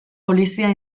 polizia